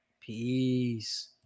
Peace